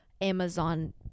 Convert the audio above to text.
amazon